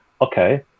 Okay